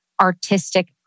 artistic